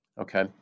okay